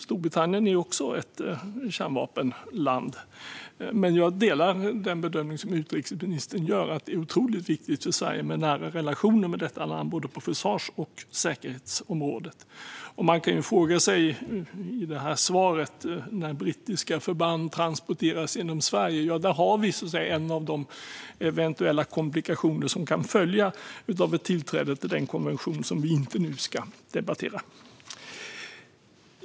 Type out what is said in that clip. Storbritannien är ju också ett kärnvapenland, men jag delar den bedömning som utrikesministern gör att det är otroligt viktigt för Sverige med nära relationer med detta land på både försvars och säkerhetsområdet. I svaret nämndes när brittiska förband transporterades genom Sverige, och ja, där har vi så att säga en av de eventuella komplikationer som kan följa av ett tillträde till den konvention som vi nu inte ska debattera.